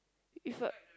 with a